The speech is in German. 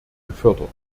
gefördert